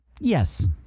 Yes